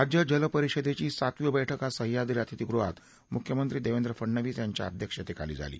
राज्य जल परिषदेची सातवी बैठक आज सह्याद्री अतिथीगृहात मुख्यमंत्री देवेंद्र फडणवीस यांच्या अध्यक्षतेखाली झाली